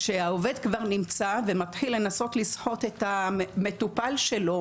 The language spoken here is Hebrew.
כשהעובד כבר נמצא ומתחיל לנסות לסחוט את המטופל שלו